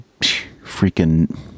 freaking